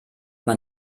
man